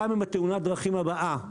גם עם תאונת הדרכים הבאה,